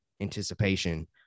anticipation